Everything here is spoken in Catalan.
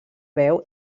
veu